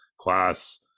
class